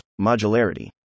Modularity